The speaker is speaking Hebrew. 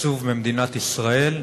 תקצוב ממדינת ישראל,